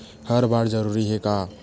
हर बार जरूरी हे का?